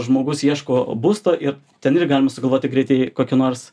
žmogus ieško būsto ir ten ir galim sugalvoti greitai kokį nors